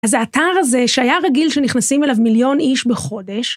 אז האתר הזה שהיה רגיל שנכנסים אליו מיליון איש בחודש.